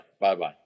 Bye-bye